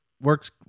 works